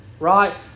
Right